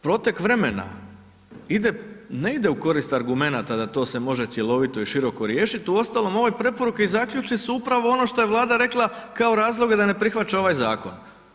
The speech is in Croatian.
Protek vremena ide, ne idem u korist argumenata da to se može cjelovito i široko riješit, uostalom ove preporuke i zaključci su upravo ono što je Vlada rekla, kao razloge da ne prihvaća ovaj zakon.